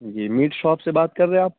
جی meat shop سے بات کر رہے ہیں آپ